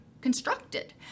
constructed